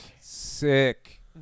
Sick